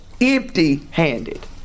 empty-handed